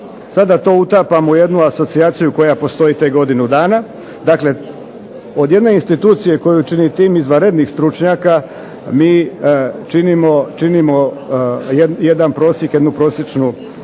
sada to utapamo u jednu asocijaciju koja postoji tek godinu dana. Dakle, od jedne institucije koju čini tim izvanrednih stručnjaka mi činimo jedan prosjek,